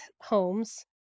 homes